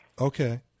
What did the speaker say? Okay